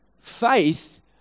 Faith